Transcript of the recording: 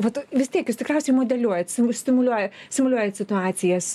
vat vis tiek jūs tikriausiai modeliuojat stimuliuoja simuliuojat situacijas